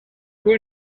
fue